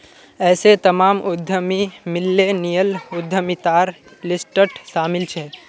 ऐसे तमाम उद्यमी मिल्लेनियल उद्यमितार लिस्टत शामिल छे